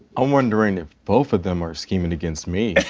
i'm wondering if both of them are scheming against me.